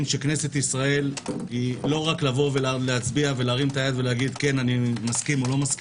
שכנסת ישראל זה לא רק להצביע ולהרים את היד ולהגיד מסכים או לא,